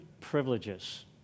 privileges